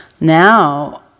Now